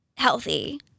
healthy